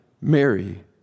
Mary